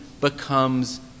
becomes